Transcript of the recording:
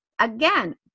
again